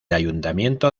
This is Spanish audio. ayuntamiento